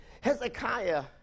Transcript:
Hezekiah